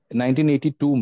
1982